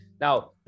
Now